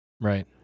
Right